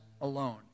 Alone